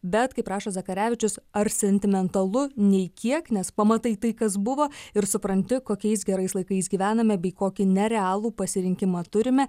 bet kaip rašo zakarevičius ar sentimentalu nei kiek nes pamatai tai kas buvo ir supranti kokiais gerais laikais gyvename bei kokį nerealų pasirinkimą turime